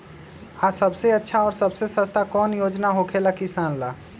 आ सबसे अच्छा और सबसे सस्ता कौन योजना होखेला किसान ला?